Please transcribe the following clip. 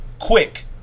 quick